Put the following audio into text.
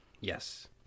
yes